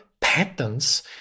patterns